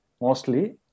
mostly